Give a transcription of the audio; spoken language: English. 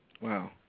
Wow